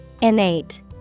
Innate